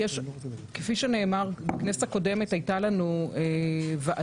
כפי שנאמר, בכנסת הקודמת הייתה לנו ועדה,